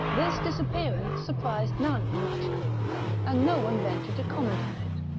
this disappearance surprised none in machecoul, and no one ventured to comment on it.